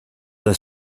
that